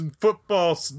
football